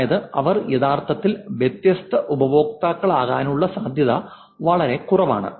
അതായത് അവർ യഥാർത്ഥത്തിൽ വ്യത്യസ്ത ഉപയോക്താക്കളാകാനുള്ള സാധ്യത വളരെ കുറവാണ്